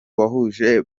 wahuje